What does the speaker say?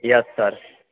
yes sir